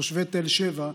תושבי תל שבע,